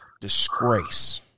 disgrace